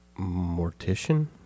mortician